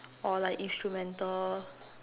or like instrumental